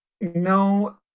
No